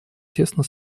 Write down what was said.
тесно